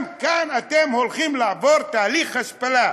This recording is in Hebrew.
גם כאן אתם הולכים לעבור תהליך השפלה.